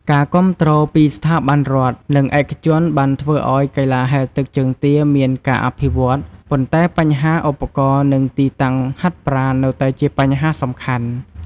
ការគាំទ្រពីស្ថាប័នរដ្ឋ និងឯកជនបានធ្វើឲ្យកីឡាហែលទឹកជើងទាមានការអភិវឌ្ឍ ប៉ុន្តែបញ្ហាឧបករណ៍ និងទីតាំងហាត់ប្រាណនៅតែជាបញ្ហាសំខាន់។